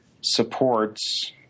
supports